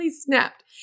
snapped